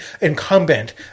incumbent